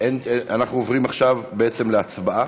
אנחנו עוברים עכשיו בעצם להצבעה.